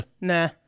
Nah